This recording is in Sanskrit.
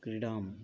क्रीडाम्